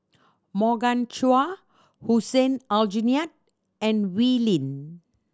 Morgan Chua Hussein Aljunied and Wee Lin